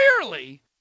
clearly